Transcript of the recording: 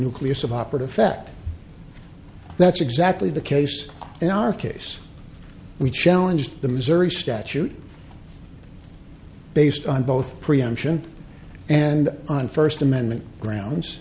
nucleus of operative fact that's exactly the case in our case we challenged the missouri statute based on both preemption and on first amendment grounds